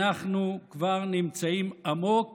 אנחנו כבר נמצאים עמוק